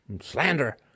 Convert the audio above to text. slander